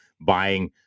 buying